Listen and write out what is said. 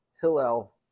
Hillel